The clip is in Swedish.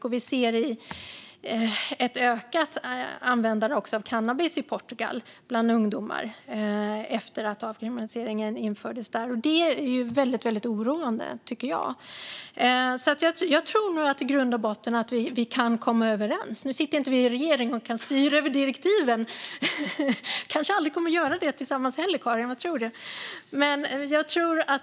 I Portugal ser vi ett ökat användande av cannabis bland ungdomar efter att avkriminaliseringen infördes där. Det är väldigt oroande. Jag tror att vi i grund och botten kan komma överens. Nu sitter vi ju inte i regeringen och kan styra över direktiven. Vi kommer kanske aldrig att göra det tillsammans heller. Eller vad tror du, Karin?